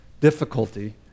difficulty